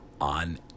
on